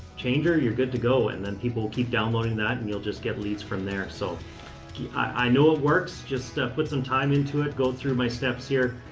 change her, you're good to go. and then people will keep downloading that and you'll just get leads from there. so i know it works, just put some time into it. go through my steps here,